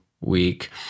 week